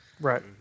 Right